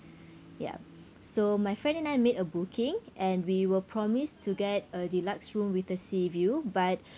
ya so my friend and I made a booking and we were promised to get a deluxe room with the sea view but